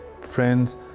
friends